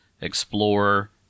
explorer